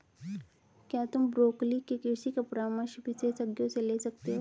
क्या तुम ब्रोकोली के कृषि का परामर्श विशेषज्ञों से ले सकते हो?